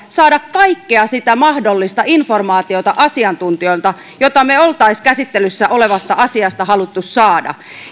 saada kaikkea sitä mahdollista informaatiota asiantuntijoilta jota me olisimme käsittelyssä olevasta asiasta halunneet saada